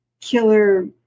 killer